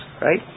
Right